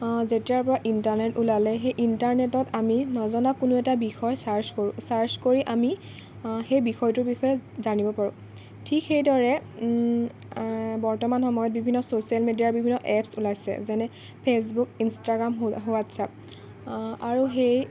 যেতিয়াৰ পৰা ইণ্টাৰনেট ওলালে সেই ইণ্টাৰনেটত আমি নজনা কোনো এটা বিষয় চাৰ্চ কৰোঁ চাৰ্চ কৰি আমি সেই বিষয়টোৰ বিষয়ে জানিব পাৰোঁ ঠিক সেইদৰে বৰ্তমান সময়ত বিভিন্ন ছচিয়েল মিডিয়াৰ বিভিন্ন এপছ ওলাইছে যেনে ফেচবুক ইনষ্টাগ্ৰাম হোৱা হোৱাটছএপ আৰু সেই